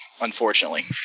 Unfortunately